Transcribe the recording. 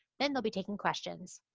then they'll be taking questions.